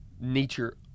nature